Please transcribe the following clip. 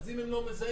אם הם לא מזהים,